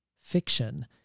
fiction